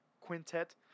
quintet